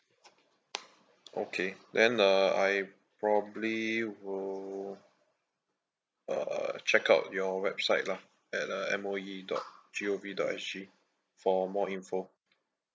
okay then uh I probably will uh check out your website lah at uh M_O_E dot G O V dot S_G for more info